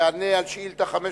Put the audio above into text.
יענה על שאילתא מס' 596,